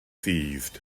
seized